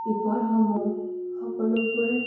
বিপদসমূহ সকলোবোৰ